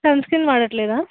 sunscreen వాడట్లేదా